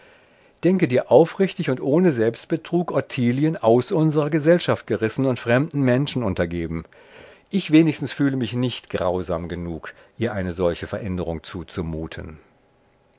denke dir aufrichtig und ohne selbstbetrug ottilien aus unserer gesellschaft gerissen und fremden menschen untergeben ich wenigstens fühle mich nicht grausam genug ihr eine solche veränderung zuzumuten